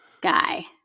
guy